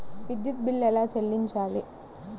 విద్యుత్ బిల్ ఎలా చెల్లించాలి?